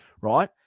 right